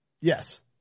Yes